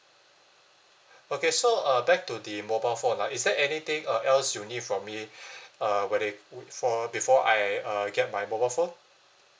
okay so uh back to the mobile phone lah is there anything uh else you need from me uh when they wou~ for before I uh get my mobile phone